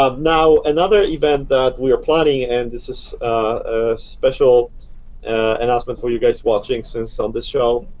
um now, another event that we are planning and this is a special announcement for you guys watching, since on this show,